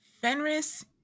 Fenris